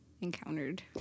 encountered